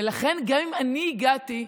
ולכן גם אם אני הגעתי,